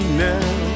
now